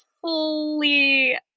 fully